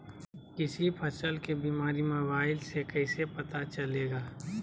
किसी फसल के बीमारी मोबाइल से कैसे पता चलेगा?